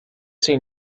see